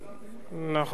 זה נכון.